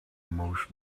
most